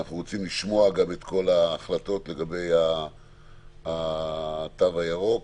אנחנו רוצים לשמוע גם את כל ההחלטות לגבי התו הירוק,